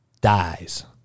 dies